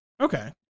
okay